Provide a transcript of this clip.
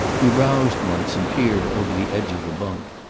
he roused once and peered over the edge of the bunk.